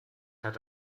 hat